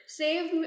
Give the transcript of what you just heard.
save